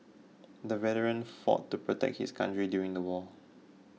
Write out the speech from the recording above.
the veteran fought to protect his country during the war